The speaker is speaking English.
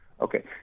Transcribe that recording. Okay